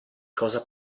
cosa